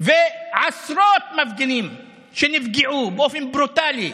ועשרות מפגינים שנפגעו באופן ברוטלי,